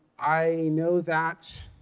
i know that,